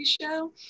show